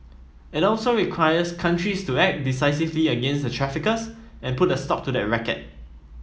it also requires countries to act decisively against the traffickers and put a stop to the racket